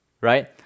right